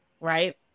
right